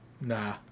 Nah